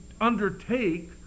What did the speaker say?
undertake